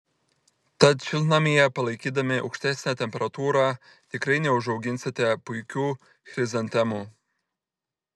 tad šiltnamyje palaikydami aukštesnę temperatūrą tikrai neužauginsite puikių chrizantemų